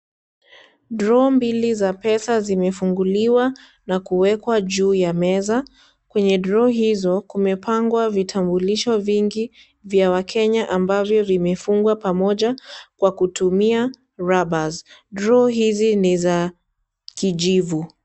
Draw mbili za pesa zimefunguliwa na kuwekwa juu ya meza kwenye draw hizo kumepangwa vitambulisho vingi vya wakenya ambavyo vimefungwa pamoja kwa kutumia rubbers, draw hizi niza kijivu.